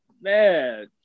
man